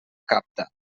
capta